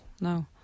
No